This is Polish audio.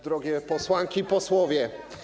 Drogie Posłanki i Posłowie!